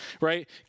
right